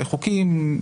חוקים,